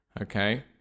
okay